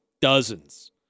dozens